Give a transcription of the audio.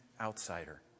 outsider